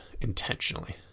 intentionally